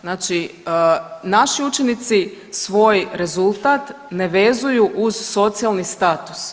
Znači naši učenici svoj rezultat ne vezuju uz socijalni status.